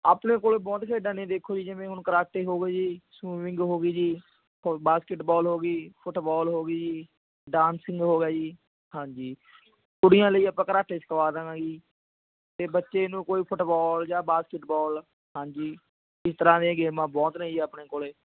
ਆਪਣੇ ਕੋਲ ਬਹੁਤ ਖੇਡਾਂ ਨੇ ਦੇਖੋ ਜੀ ਜਿਵੇਂ ਹੁਣ ਕਰਾਟੇ ਹੋ ਗਏ ਜੀ ਸਵੀਮਿੰਗ ਹੋ ਗਈ ਜੀ ਹੋਰ ਬਾਸਕਿਟਬੋਲ ਹੋ ਗਈ ਫੁੱਟਬੋਲ ਹੋ ਗਈ ਜੀ ਡਾਂਸਿੰਗ ਹੋ ਗਿਆ ਜੀ ਹਾਂਜੀ ਕੁੜੀਆਂ ਲਈ ਆਪਾਂ ਕਰਾਟੇ ਸਿੱਖਵਾ ਦੇਵਾਂਗੇ ਜੀ ਅਤੇ ਬੱਚੇ ਨੂੰ ਕੋਈ ਫੁੱਟਬੋਲ ਜਾਂ ਬਾਸਕਿਟਬਾਲ ਹਾਂਜੀ ਇਸ ਤਰ੍ਹਾਂ ਦੀਆਂ ਗੇਮਾਂ ਬਹੁਤ ਨੇ ਜੀ ਆਪਣੇ ਕੋਲ